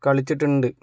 കളിച്ചിട്ടുണ്ട്